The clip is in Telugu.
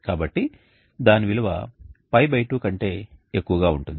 కాబట్టి దాని విలువ π2 కంటే ఎక్కువగా ఉంటుంది